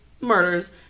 murders